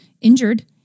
injured